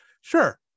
Sure